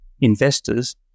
investors